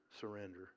surrender